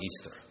Easter